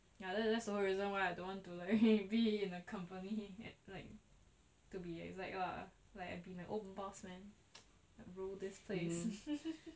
ya that's also a reason why I don't want to like be in a company like to be exact lah like I be my own boss man I rule this place